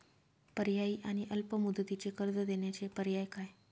पर्यायी आणि अल्प मुदतीचे कर्ज देण्याचे पर्याय काय?